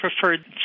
preferred